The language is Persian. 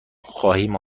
خواهیم